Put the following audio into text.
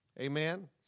Amen